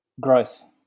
Growth